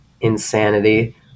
insanity